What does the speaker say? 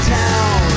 town